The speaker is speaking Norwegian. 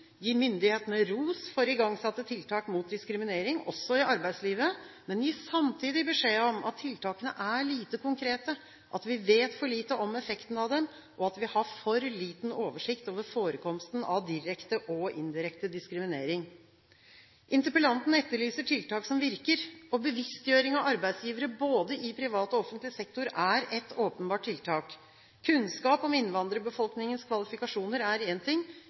gir myndighetene ros for igangsatte tiltak mot diskriminering, også i arbeidslivet, men gir samtidig beskjed om at tiltakene er lite konkrete – at vi vet for lite om effekten av dem, og at vi har for liten oversikt over forekomsten av direkte og indirekte diskriminering. Interpellanten etterlyser tiltak som virker. Bevisstgjøring av arbeidsgivere, både i privat og i offentlig sektor, er ett åpenbart tiltak. Kunnskap om innvandrerbefolkningens kvalifikasjoner er én ting,